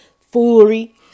foolery